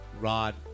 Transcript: Rod